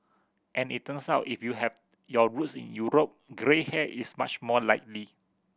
and it turns out if you have your roots in Europe grey hair is much more likely